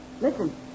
Listen